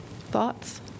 thoughts